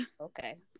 okay